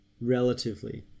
relatively